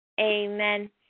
Amen